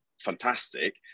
fantastic